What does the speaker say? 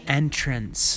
entrance